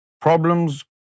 Problems